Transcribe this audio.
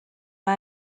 mae